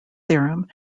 theorem